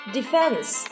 Defense